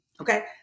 Okay